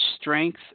strength